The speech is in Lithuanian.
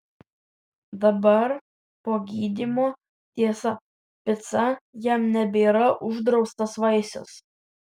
dabar po gydymo tiesa pica jam nebėra uždraustas vaisius